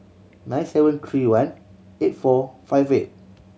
nine seven three one eight four five eight